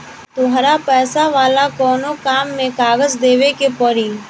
तहरा पैसा वाला कोनो काम में कागज देवेके के पड़ी